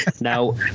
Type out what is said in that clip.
Now